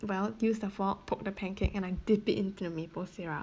well use the fork poke the pancake and I dip it into the maple syrup